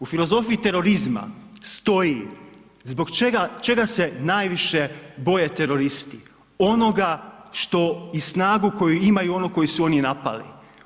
U filozofiji terorizma stoji zbog čega, čega se najviše boje teroristi, onoga što i snagu koju imaju oni kojeg su oni napali.